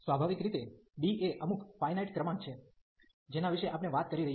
સ્વાભાવિક રીતે b એ અમુક ફાયનાઈટ ક્રમાંક છે જેના વિશે આપણે વાત કરી રહ્યા છીએ